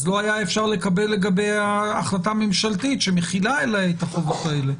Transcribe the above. לא היה אפשר לקבל לגביה החלטה ממשלתית שמחילה את החובות האלה.